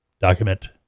Document